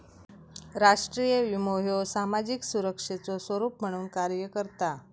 राष्ट्रीय विमो ह्यो सामाजिक सुरक्षेचो स्वरूप म्हणून कार्य करता